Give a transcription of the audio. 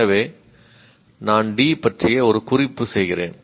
எனவே நான் D பற்றிய ஒரு குறிப்பு செய்கிறேன்